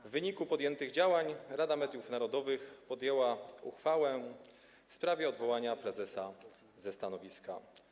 W wyniku podjętych działań Rada Mediów Narodowych podjęła uchwałę w sprawie odwołania prezesa ze stanowiska.